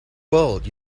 world